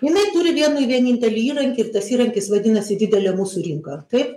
jinai turi vieną vienintelį įrankį ir tas įrankis vadinasi didelė mūsų rinka taip